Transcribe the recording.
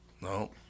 No